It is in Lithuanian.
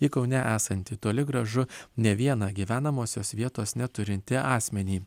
į kaune esantį toli gražu ne vieną gyvenamosios vietos neturintį asmenį